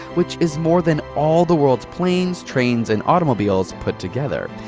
which is more than all the world's planes, trains and automobiles put together.